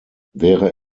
wäre